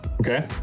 Okay